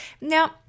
Now